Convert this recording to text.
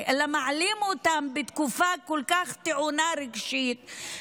אלא מעלים אותם בתקופה כל כך טעונה רגשית,